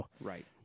Right